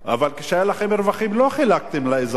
אבל, כשהיו לכם רווחים, לא חילקתם לאזרחים.